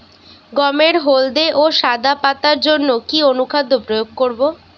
গমের হলদে ও সাদা পাতার জন্য কি অনুখাদ্য প্রয়োগ করব?